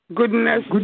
goodness